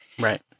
Right